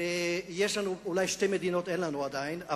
ששתי מדינות אין לנו עדיין,